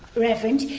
reverend,